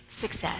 success